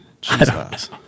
Jesus